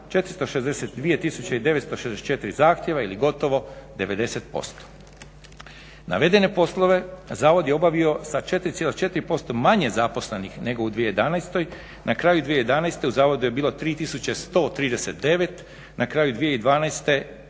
i 964 zahtjeva ili gotovo 90%. Navedene poslove zavod je obavio sa 4,4% manje zaposlenih nego u 2011., na kraju 2011. u zavodu je bilo 3139, na kraju 2012.